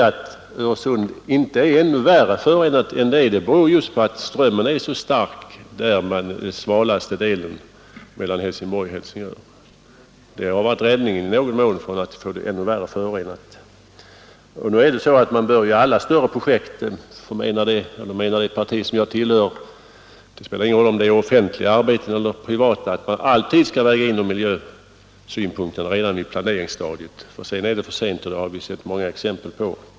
Att Öresund inte blivit ännu värre förorenat än det är beror just på att strömmen är så stark i den smalaste delen, mellan Helsingborg och Helsingör. Detta har i någon mån varit räddningen för Sundet från att bli ännu värre förorenat. Man bör i alla större projekt — oavsett om det är offentliga eller privata arbeten — gå igenom miljösynpunkterna redan på planeringsstadiet, menar det parti som jag tillhör. Sedan är det för sent; det har vi sett många exempel på.